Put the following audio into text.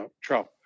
Trump